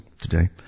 today